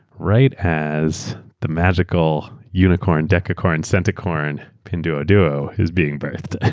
right as the magical unicorn, decacorn, centacorn pinduoduo is being birthed.